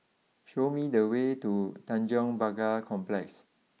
show me the way to Tanjong Pagar Complex